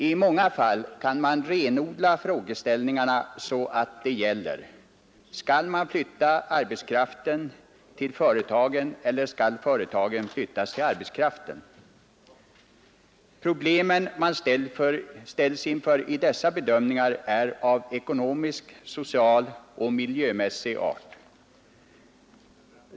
I många fall kan man renodla frågeställningarna så att dessa enbart kommer att gälla: Skall man flytta arbetskraften till företagen eller skall företagen flyttas till arbetskraften? De problem man ställs inför i dessa bedömningar är av ekonomisk, social och miljömässig art.